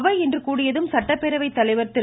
அவை இன்று கூடியதும் சட்டப்பேரவை தலைவர் திரு